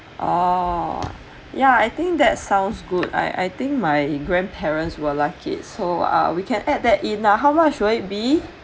orh ya I think that sounds good I I think my grandparents will like it so uh we can add that in uh how much will it be